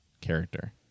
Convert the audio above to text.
character